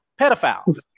pedophiles